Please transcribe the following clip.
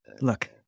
look